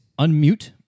unmute